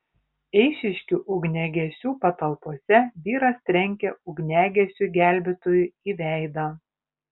eišiškių ugniagesių patalpose vyras trenkė ugniagesiui gelbėtojui į veidą